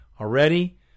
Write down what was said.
already